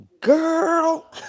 girl